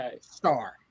star